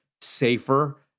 safer